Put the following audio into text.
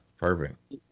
Perfect